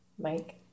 Mike